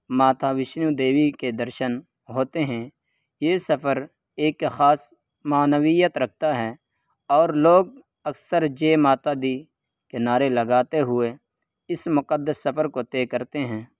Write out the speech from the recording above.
ماتا وشنو دیوی کے درشن ہوتے ہیں یہ سفر ایک خاص معنویت رکھتا ہے اور لوگ اکثر جے ماتا دی کے نعرے لگاتے ہوئے اس مقدس سفر کو طے کرتے ہیں